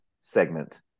segment